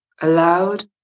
allowed